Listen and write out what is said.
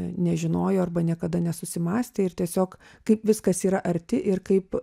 nežinojo arba niekada nesusimąstė ir tiesiog kaip viskas yra arti ir kaip